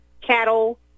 cattle